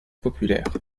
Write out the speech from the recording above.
populaire